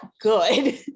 good